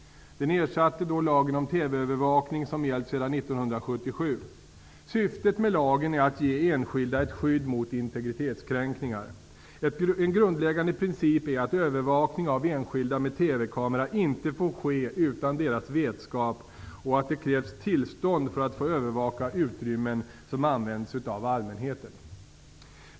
Den ersatte då lagen om TV-övervakning som gällt sedan 1977. Syftet med lagen är att ge enskilda ett skydd mot integritetskränkningar. En grundläggande princip är att övervakning med TV kamera av enskilda inte får ske utan deras vetskap, och att det krävs tillstånd för att få övervaka utrymmen som används av allmänheten.